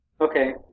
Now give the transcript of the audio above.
Okay